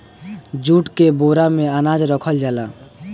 jute के बोरा में अनाज रखल जाला